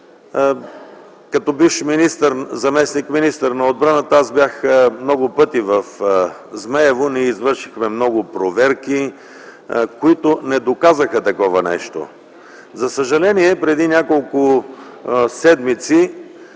Като бивш министър на отбраната аз бях много пъти в „Змейово”. Ние извършихме много проверки, които не доказаха такова нещо. За съжаление, преди няколко седмици